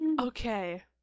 okay